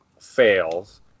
fails